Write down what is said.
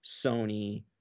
Sony